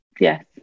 Yes